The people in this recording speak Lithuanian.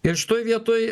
ir šitoj vietoj